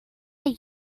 how